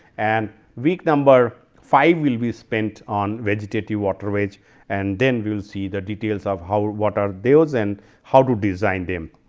and week number five, will be spent on vegetative waterways and then we will see the details of how water and how to design them.